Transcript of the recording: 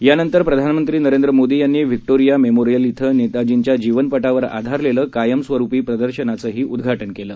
यानंतर प्रधानमंत्री नरेंद्र मोदी यांनी व्हिक्टोरिया मेमोरिअल इथं नेताजींच्या जीवनपटावर आधारलेल्या कायमस्वरुपी प्रदर्शनाचंही उद्घाटनं केलं